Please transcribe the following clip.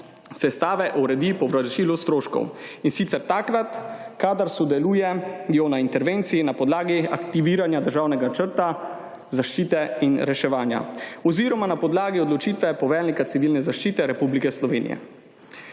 sestave uredi povračilo stroškov, in sicer takrat, kadar sodelujejo na intervencijah na podlagi aktiviranja Državnega načrta zaščite in reševanja oziroma na podlagi odločitve poveljnika Civilne zaščite Republike Slovenije.